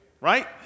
Right